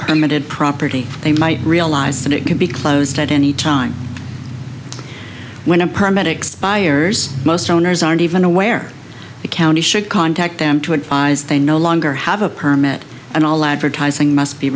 promoted property they might realize that it could be closed at any time when a permit expires most owners aren't even aware the county should contact them to advise they no longer have a permit and all advertising must be